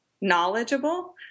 knowledgeable